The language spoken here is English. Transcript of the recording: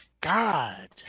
God